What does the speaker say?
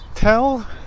tell